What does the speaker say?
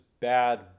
Bad